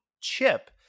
Chip